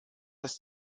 ist